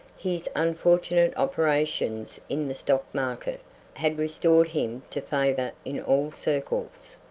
his unfortunate operations in the stock market had restored him to favor in all circles.